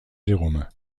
jérôme